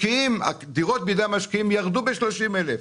והדירות בידי המשקיעים ירדו ב-30 אלף.